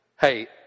hey